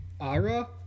Ara